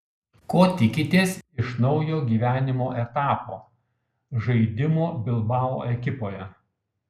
ko tikitės iš naujo gyvenimo etapo žaidimo bilbao ekipoje